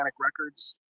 records